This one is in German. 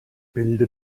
bilde